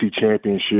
championship